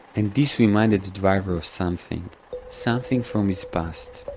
and this reminded the driver of something something from his past,